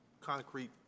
concrete